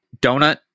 donut